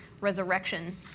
resurrection